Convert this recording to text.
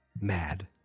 Mad